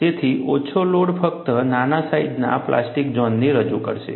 તેથી ઓછો લોડ ફક્ત નાના સાઈજના પ્લાસ્ટિક ઝોનને રજૂ કરશે